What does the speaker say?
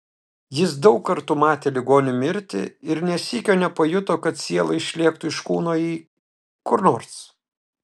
jis daug kartų matė ligonių mirtį ir nė sykio nepajuto kad siela išlėktų iš kūno į kur nors